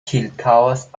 ĉirkaŭas